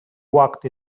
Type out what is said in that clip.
walked